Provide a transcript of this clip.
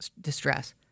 distress